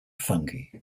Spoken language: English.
fungi